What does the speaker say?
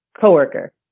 coworker